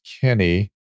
Kenny